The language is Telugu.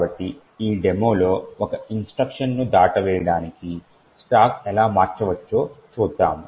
కాబట్టి ఈ డెమోలో ఒక ఇన్స్ట్రక్షన్ను దాటవేయడానికి స్టాక్ ఎలా మార్చవచ్చో చూద్దాము